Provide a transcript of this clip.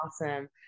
awesome